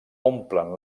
omplen